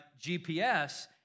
GPS